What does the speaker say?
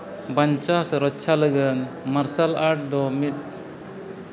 ᱵᱟᱧᱪᱟᱣ ᱥᱮ ᱨᱚᱠᱠᱷᱟ ᱞᱟᱹᱜᱤᱫ ᱢᱟᱨᱥᱟᱞ ᱟᱨᱴ ᱫᱚ ᱢᱤᱫ